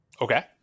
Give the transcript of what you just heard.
Okay